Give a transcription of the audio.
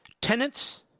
tenants